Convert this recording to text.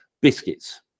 Biscuits